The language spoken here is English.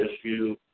issue